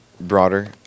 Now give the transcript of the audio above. broader